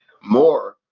more